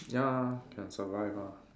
ya can survive ah